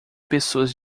pessoas